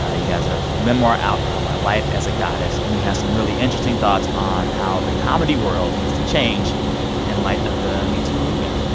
he has a memoir out called my life as a goddess. and he has some really interesting thoughts on how the comedy world needs to change in light of the me too movement.